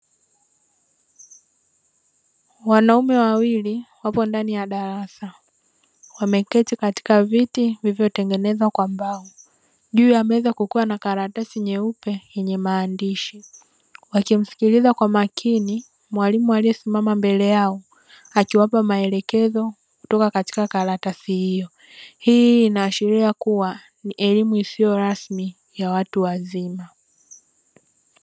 Wanaume wawili wapo ndani ya darasa, wameketi katika viti vilivyotengenezwa kwa mbao. Juu ya meza kukiwa na karatasi nyeupe yenye maandishi, wakimsikiliza kwa makini mwalimu aliyesimama mbele yao; akiwapa maelekezo kutoka katika karatasi hiyo. Hii inaashiria kuwa ni elimu isiyo rasmi ya watu wazima.